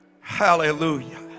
hallelujah